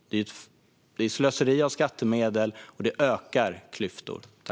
Det är slöseri med skattemedel, och det ökar klyftorna.